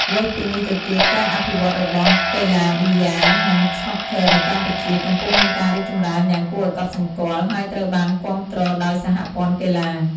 លើសពីនេះទៅទៀតការអភិវឌ្ឍន៍របស់ កីឡាប៊ីយ៉ានិង ស្នូកឃ័រនៅកម្ពុជា កំពុងមានការរីកចម្រើនយ៉ាងគួរឱ្យកត់សម្គាល់ ហើយត្រូវបានគាំទ្រដោយសហព័ន្ធកីឡា។